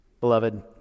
Beloved